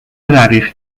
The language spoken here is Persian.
رقیق